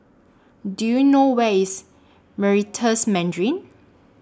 Do YOU know Where IS Meritus Mandarin